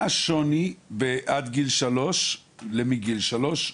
מה השוני עד גיל שלוש למגיל שלוש?